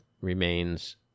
remains